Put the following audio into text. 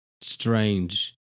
strange